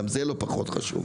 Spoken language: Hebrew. גם זה לא פחות חשוב,